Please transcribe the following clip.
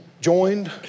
joined